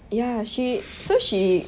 ya she so she